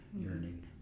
yearning